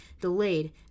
delayed